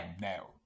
Now